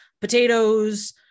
Potatoes